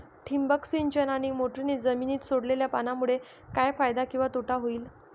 ठिबक सिंचन आणि मोटरीने जमिनीत सोडलेल्या पाण्यामुळे काय फायदा किंवा तोटा होईल?